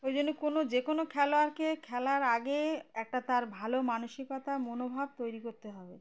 ওই জন্যে কোনো যে কোনো খেলোয়াড়কে খেলার আগে একটা তার ভালো মানসিকতা মনোভাব তৈরি করতে হবে